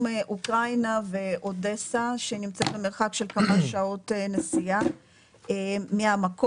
אוקראינה ואודסה שנמצאת במרחק של כמה שעות נסיעה מהמקום.